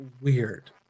weird